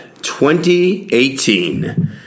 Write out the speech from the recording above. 2018